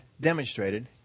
demonstrated